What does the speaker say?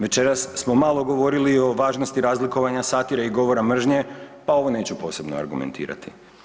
Večeras smo malo govorili i o važnosti razlikovanja satire i govora mržnje, pa ovo neću posebno argumentirati.